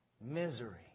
Misery